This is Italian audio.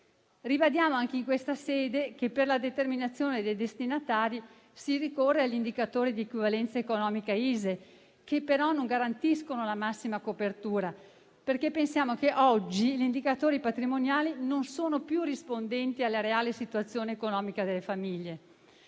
Ribadiamo anche in questa sede che per la determinazione dei destinatari si ricorre agli Indicatori della situazione economica equivalente (ISEE), che però non garantiscono la massima copertura, perché pensiamo che oggi gli indicatori patrimoniali non sono più rispondenti alla reale situazione economica delle famiglie: